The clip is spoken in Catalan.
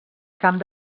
camp